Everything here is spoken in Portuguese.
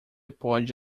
pode